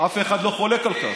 אף אחד לא חולק על כך.